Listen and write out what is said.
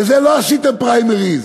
בזה לא עשיתם פריימריז,